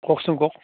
কওকচোন কওক